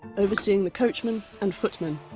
overseeing the coachman and footman.